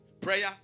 Prayer